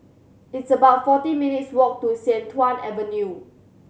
it's about forty minutes' walk to Sian Tuan Avenue